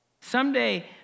Someday